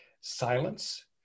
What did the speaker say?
silence